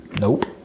nope